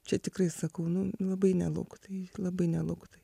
čia tikrai sakau nu labai nelauktai labai nelauktai